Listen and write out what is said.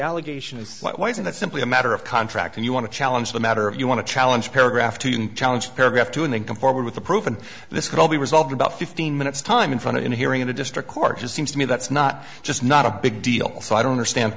allegation is why isn't that simply a matter of contract and you want to challenge the matter if you want to challenge paragraph to challenge paragraph two and then come forward with the proof and this could all be resolved about fifteen minutes time in front of a hearing in a district court just seems to me that's not just not a big deal so i don't